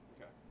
Okay